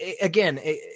again